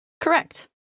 correct